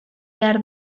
behar